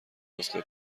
نسخه